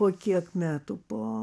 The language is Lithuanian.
po kiek metų po